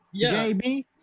JB